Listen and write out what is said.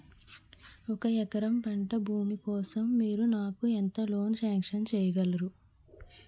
ఒక ఎకరం పంట భూమి కోసం మీరు నాకు ఎంత లోన్ సాంక్షన్ చేయగలరు?